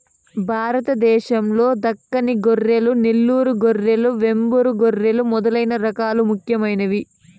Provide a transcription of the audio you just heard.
భారతదేశం లో దక్కని గొర్రెలు, నెల్లూరు గొర్రెలు, వెంబూరు గొర్రెలు మొదలైన రకాలు ముఖ్యమైనవి